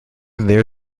their